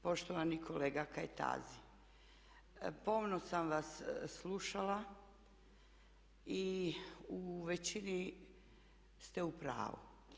Poštovani kolega Kajtazi pomno sam vas slušala i u većini ste u pravu.